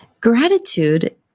Gratitude